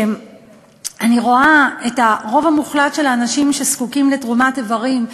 אני רואה את הרוב המוחלט של האנשים שזקוקים לתרומת איברים,